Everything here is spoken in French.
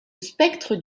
spectre